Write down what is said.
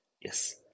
Yes